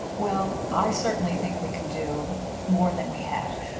well, i certainly think we can do more than we have,